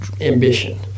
ambition